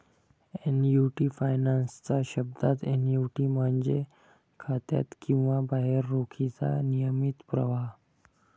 annuity finance च्या शब्दात, annuity म्हणजे खात्यात किंवा बाहेर रोखीचा नियमित प्रवाह